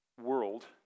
world